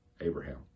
Abraham